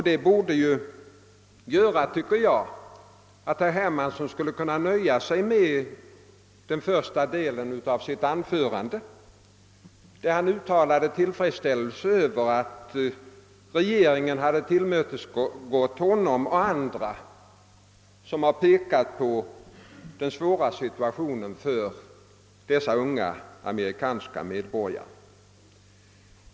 Detta borde göra, tycker jag, att herr Hermansson kunde ha inskränkt sig till att hålla första delen av sitt anförande där han uttalade tillfredsställelse över att regeringen tillmötesgått honom och andra som har pekat på den svåra situationen för dessa unga amerikanska medborgare.